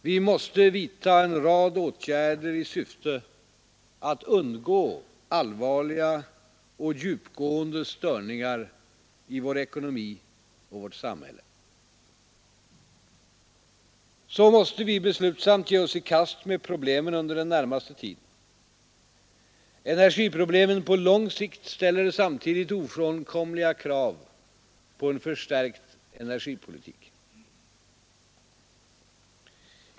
Vi måste vidta en rad åtgärder i syfte att undgå allvarliga och djupgående störningar i vår ekonomi och i vårt samhälle. Så måste vi beslutsamt ge oss i kast med problemen under den närmaste tiden. Energiproblemen på lång sikt ställer samtidigt ofrånkomliga krav på en förstärkt energipolitik.